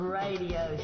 radio